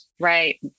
Right